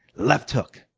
left hook.